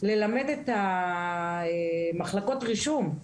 ללמד את מחלקות הרישום,